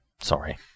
sorry